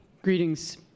Greetings